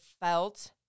felt